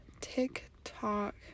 TikTok